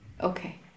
Okay